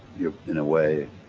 you're in a way,